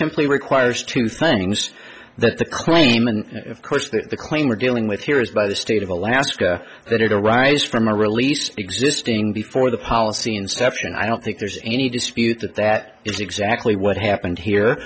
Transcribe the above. simply requires two things the claim and of course that the claim we're dealing with here is by the state of alaska that arises from a release existing before the policy inception i don't think there's any dispute that that is exactly what happened here